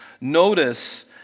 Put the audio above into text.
Notice